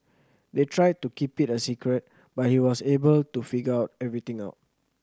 they tried to keep it a secret but he was able to figure everything out